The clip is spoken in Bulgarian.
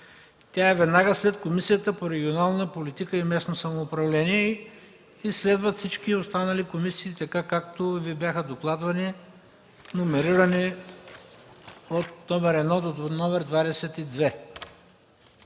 Тя е веднага след Комисията по регионална политика и местно самоуправление. Следват всички останали комисии, както бяха докладвани, номерирани от № 1 до № 22.